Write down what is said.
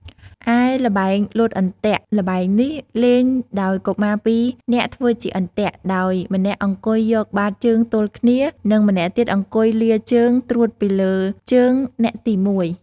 ឯល្បែងលោតអន្ទាក់ល្បែងនេះលេងដោយកុមារពីរនាក់ធ្វើជាអន្ទាក់ ដោយម្នាក់អង្គុយយកបាតជើងទល់គ្នា និងម្នាក់ទៀតអង្គុយលាជើងត្រួតពីលើជើងអ្នកទីមួយ ។